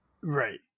Right